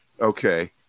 Okay